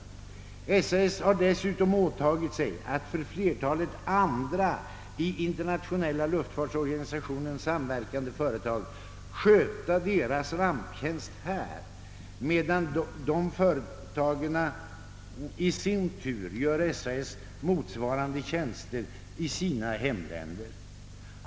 SAS har dessutom åtagit sig att för flertalet andra i den internationella luftfartsorganisationen samverkande företag sköta deras ramptjänst här, medan dessa företag i sin tur gör SAS motsvarande tjänster i sina hemländer.